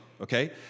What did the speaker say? okay